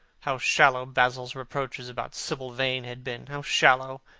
how shallow basil's reproaches about sibyl vane had been how shallow,